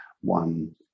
one